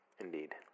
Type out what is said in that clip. Indeed